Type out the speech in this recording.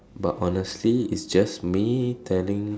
but honestly it's just me telling